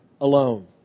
alone